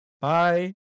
Bye